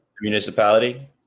municipality